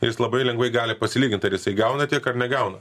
jis labai lengvai gali pasilygint ar jisai gauna tiek ar negauna